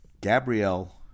Gabrielle